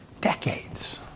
decades